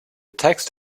text